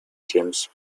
james